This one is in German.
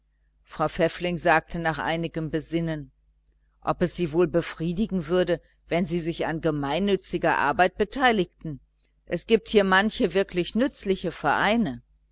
frau pfäffling sagte nach einigem besinnen ob es sie wohl befriedigen würde wenn sie sich an gemeinnütziger arbeit beteiligten es gibt hier manche wirklich nützliche vereine